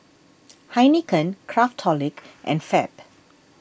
Heinekein Craftholic and Fab